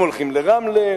הם הולכים לרמלה,